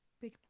Big